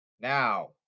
Now